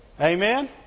Amen